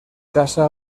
casa